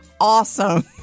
awesome